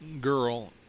girl